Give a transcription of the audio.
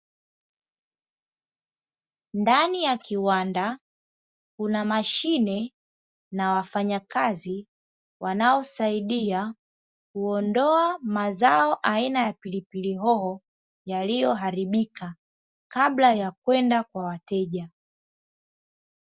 Ndani ya kiwanda, kuna mashine na wanafanyakazi wanaosaidia kuondoa mazao aina ya pilipili hoho yaliyoharibika kabla ya kwenda kwa wateja.